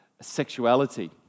sexuality